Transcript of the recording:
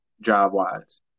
job-wise